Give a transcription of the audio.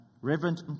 Reverend